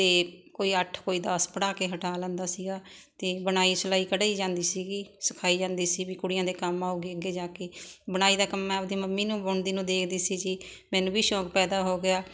ਅਤੇ ਕੋਈ ਅੱਠ ਕੋਈ ਦਸ ਪੜ੍ਹਾ ਕੇ ਹਟਾ ਲੈਂਦਾ ਸੀਗਾ ਅਤੇ ਬੁਣਾਈ ਸਿਲਾਈ ਕਢਾਈ ਜਾਂਦੀ ਸੀਗੀ ਸਿਖਾਈ ਜਾਂਦੀ ਸੀ ਵੀ ਕੁੜੀਆਂ ਦੇ ਕੰਮ ਆਊਗੀ ਅੱਗੇ ਜਾ ਕੇ ਬੁਣਾਈ ਦਾ ਕੰਮ ਮੈਂ ਆਪਦੀ ਮੰਮੀ ਨੂੰ ਬੁਣਦੀ ਨੂੰ ਦੇਖਦੀ ਸੀ ਜੀ ਮੈਨੂੰ ਵੀ ਸ਼ੌਕ ਪੈਦਾ ਹੋ ਗਿਆ